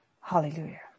Hallelujah